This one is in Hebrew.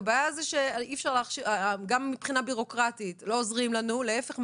הבעיה היא רק שגם מבחינה בירוקרטית לא עוזרים לנו ולהפך,